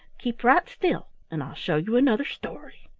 keep right still and i'll show you another story.